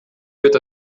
wird